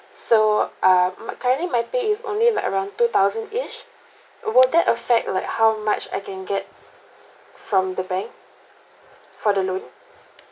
so uh my currently my pay is only like around two thousand over that affect like how much I can get from the bank for the loan